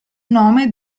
nome